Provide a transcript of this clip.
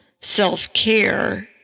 self-care